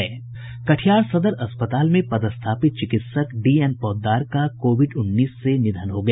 कटिहार सदर अस्पताल में पदस्थापित चिकित्सक डी एन पौददार का कोविड उन्नीस से निधन हो गया